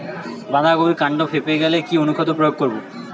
বাঁধা কপির কান্ড ফেঁপে গেলে কি অনুখাদ্য প্রয়োগ করব?